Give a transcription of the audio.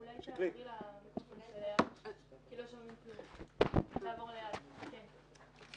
אני מסתכלת על הנתונים שהועברו הבוקר לוועדה הזאת לגבי חמש